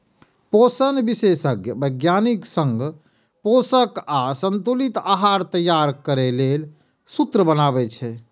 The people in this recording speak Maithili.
पोषण विशेषज्ञ वैज्ञानिक संग पोषक आ संतुलित आहार तैयार करै लेल सूत्र बनाबै छै